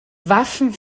waffen